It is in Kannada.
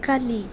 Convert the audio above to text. ಕಲಿ